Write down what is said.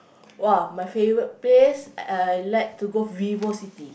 !wah! my favorite place I like to go Vivo-City